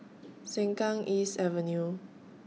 Sengkang East Avenue